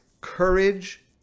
courage